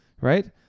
right